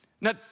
Now